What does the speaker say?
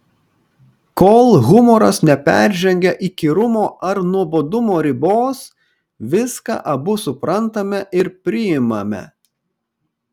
kol humoras neperžengia įkyrumo ar nuobodumo ribos viską abu suprantame ir priimame